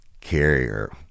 Carrier